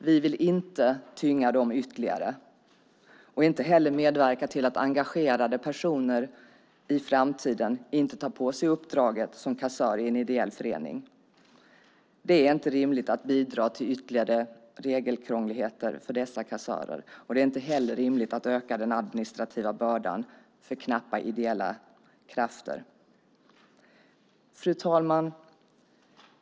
Vi vill inte tynga dem ytterligare och inte heller medverka till att engagerade personer i framtiden inte tar på sig uppdraget som kassör i en ideell förening. Det är inte rimligt att bidra till ytterligare regelkrångligheter för dessa kassörer, och det är inte heller rimligt att öka den administrativa bördan för knappa ideella krafter. Fru talman!